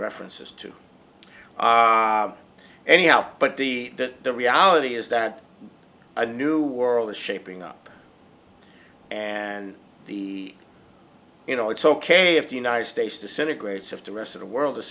references to any help but be that the reality is that a new world is shaping up and the you know it's ok if the united states disintegrates of the rest of the world